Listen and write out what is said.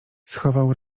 schował